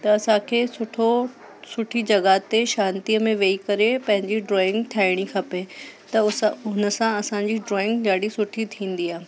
त असांखे सुठो सुठी जॻहि ते शांतीअ में वेही करे पंहिंजी ड्राइंग ठाहिणी खपे त उस हुन सां असांजी ड्राइंग ॾाढी सुठी थींदी आहे